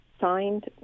signed